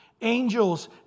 Angels